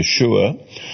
Yeshua